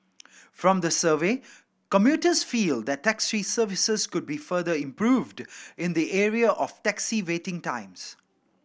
from the survey commuters feel that taxi services could be further improved in the area of taxi waiting times